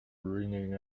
ringing